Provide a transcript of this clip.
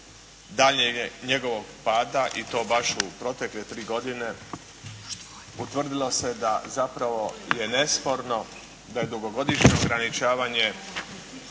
daljnjeg njegovog pada i to baš u protekle tri godine utvrdilo se da zapravo je nesporno da je dugogodišnje ograničavanje